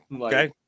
Okay